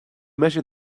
measure